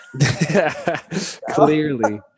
Clearly